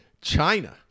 China